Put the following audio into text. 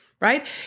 Right